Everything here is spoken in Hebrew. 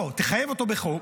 תחייב אותו בחוק,